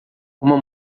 uma